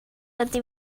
ydy